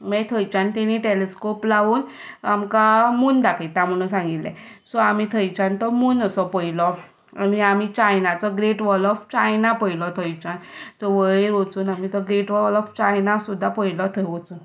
मागीर थंयच्यान तांणी टेलीस्कोप लावन आमकां मून दाखयता म्हूण सांगलें सो आमी थंयच्यान तो मून असो पयलो आनी आमी चायनाचो ग्रेट वॉल ऑफ चायना पळयलो थंयच्यान सो वयर वचून आमी तो ग्रेट वॉल ऑफ चायना सुद्दां पळयलो थंय वचून